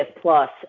plus